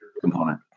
component